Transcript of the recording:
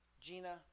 gina